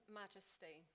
majesty